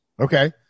Okay